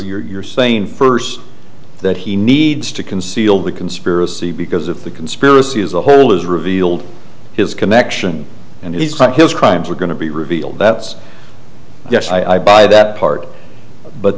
s you're saying first that he needs to conceal the conspiracy because of the conspiracy as a whole is revealed his connection and he's got his crimes were going to be revealed that's yes i buy that part but